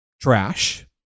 trash